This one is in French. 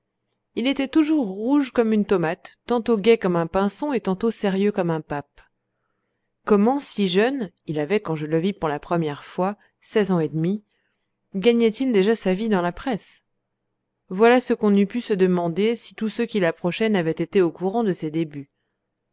il était toujours rouge comme une tomate tantôt gai comme un pinson et tantôt sérieux comme un pape comment si jeune il avait quand je le vis pour la première fois seize ans et demi gagnait il déjà sa vie dans la presse voilà ce qu'on eût pu se demander si tous ceux qui l'approchaient n'avaient été au courant de ses débuts